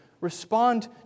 respond